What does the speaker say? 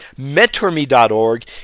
MentorMe.org